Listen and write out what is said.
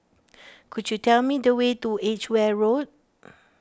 could you tell me the way to Edgeware Road